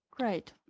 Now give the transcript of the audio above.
Great